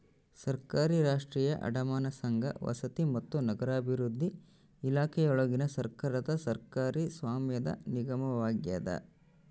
ಸರ್ಕಾರಿ ರಾಷ್ಟ್ರೀಯ ಅಡಮಾನ ಸಂಘ ವಸತಿ ಮತ್ತು ನಗರಾಭಿವೃದ್ಧಿ ಇಲಾಖೆಯೊಳಗಿನ ಸರ್ಕಾರದ ಸರ್ಕಾರಿ ಸ್ವಾಮ್ಯದ ನಿಗಮವಾಗ್ಯದ